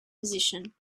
position